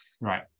right